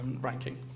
ranking